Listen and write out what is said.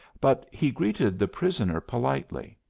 but he greeted the prisoner politely.